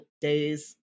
days